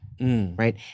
Right